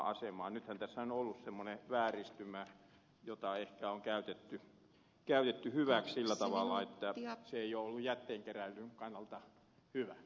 nythän tässä on ollut semmoinen vääristymä jota ehkä on käytetty hyväksi sillä tavalla että se ei ole jätteenkeräilyn kannalta hyvä